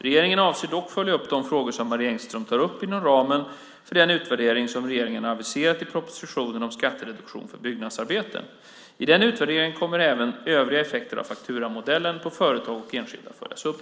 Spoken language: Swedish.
Regeringen avser dock att följa upp de frågor som Marie Engström tar upp inom ramen för den utvärdering som regeringen har aviserat i propositionen om skattereduktion för byggnadsarbeten, proposition 2008/09:178. I den utvärderingen kommer även övriga effekter av fakturamodellen för företag och enskilda att följas upp.